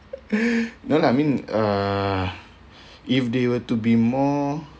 no lah I mean uh if they were to be more